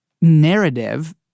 narrative